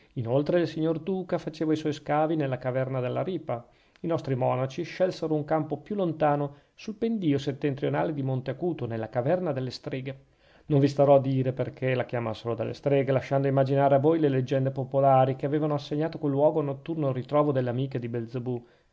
inoltre il signor duca faceva i suoi scavi nella caverna della ripa i nostri monaci scelsero un campo più lontano sul pendìo settentrionale di monte acuto nella caverna delle streghe non vi starò a dire perchè la chiamassero delle streghe lasciando immaginare a voi le leggende popolari che avevano assegnato quel luogo a notturno ritrovo delle amiche di belzebù